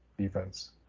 defense